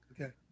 Okay